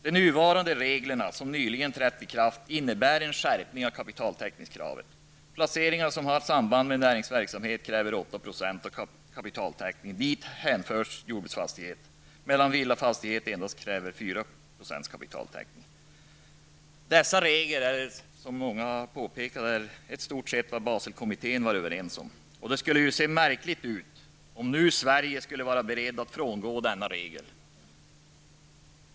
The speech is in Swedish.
De nuvarande reglerna, som nyligen trätt i kraft, innebär en skärpning av kapitaltäckningskravet. För placeringar som har samband med näringsverksamhet krävs 8 % kapitaltäckning, och dit hänförs jordbruksfastighet, medan det för villafastighet endast krävs 4 % kapitaltäckning. Dessa regler är i stort sett vad Baselkommittén var överens om. Det skulle ju se märkligt ut om Sverige nu skulle vara berett att frångå dessa regler.